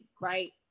right